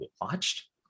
watched